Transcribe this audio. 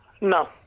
No